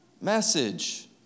message